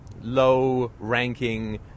low-ranking